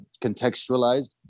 contextualized